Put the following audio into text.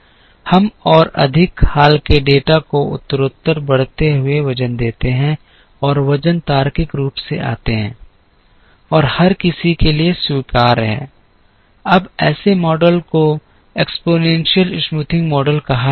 हम और अधिक हाल के डेटा को उत्तरोत्तर बढ़ते हुए वज़न देते हैं और वज़न तार्किक रूप से आते हैं और हर किसी के लिए स्वीकार्य हैं अब ऐसे मॉडल को घातीय चौरसाई मॉडल कहा जाता है